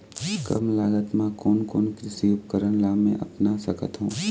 कम लागत मा कोन कोन कृषि उपकरण ला मैं अपना सकथो?